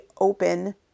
open